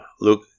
Luke